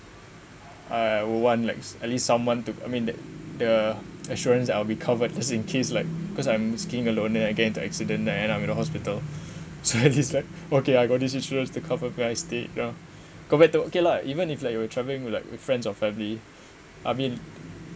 I want like at least someone to I mean that the assurance that I'll be covered just in case like because I'm skiing alone and I get into an accident and then I end up in the hospital so he's like okay I got this insurance to cover where I stay you know compared to okay lah even if like you were travelling with like friends or family I mean